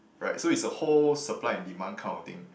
right so it's a whole supply and demand kind of thing